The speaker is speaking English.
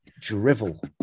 drivel